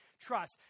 trust